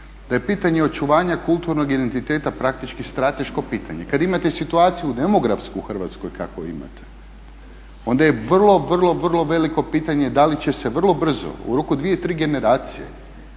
da je pitanje očuvanja kulturnog identiteta praktički strateško pitanje. Kad imate situaciju demografsku u Hrvatskoj kakvu imate onda je vrlo, vrlo veliko pitanje da li će se vrlo brzo u roku 2, 3 generacije